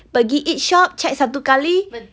pergi each shop check satu kali